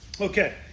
Okay